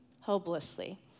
hopelessly